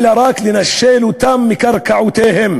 אלא רק לנשל אותם מקרקעותיהם.